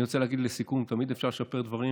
אני רוצה להגיד לסיכום: תמיד אפשר לשפר דברים,